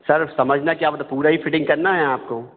sir समझना क्या वह तो पूरी ही फिटिन्ग करनी है आपको